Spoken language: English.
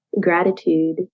gratitude